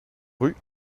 rue